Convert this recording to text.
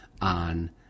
on